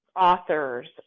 authors